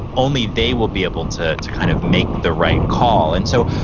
only they will be able to to kind of make the right call. and so,